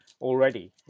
already